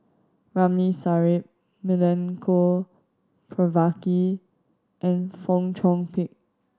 Ramli Sarip Milenko Prvacki and Fong Chong Pik